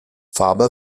faber